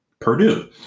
Purdue